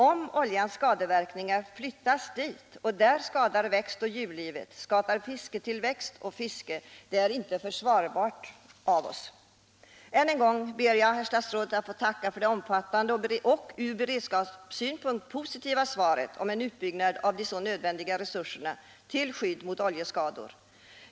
Att oljan flyttas dit och där skadar växt och djurlivet, fisktillväxt och fiske är inte försvarbart. Än en gång ber jag att få tacka för det omfattande och positiva svaret beträffande en utbyggnad av de nödvändiga resurserna för skydd mot oljeskador.